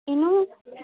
ଇନୁ